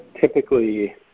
typically